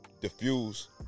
Diffuse